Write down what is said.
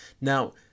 Now